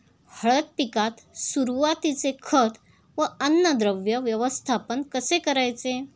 हळद पिकात सुरुवातीचे खत व अन्नद्रव्य व्यवस्थापन कसे करायचे?